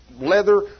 leather